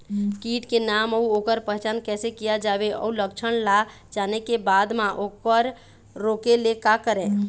कीट के नाम अउ ओकर पहचान कैसे किया जावे अउ लक्षण ला जाने के बाद मा ओकर रोके ले का करें?